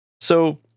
So-